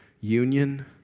union